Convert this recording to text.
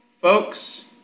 folks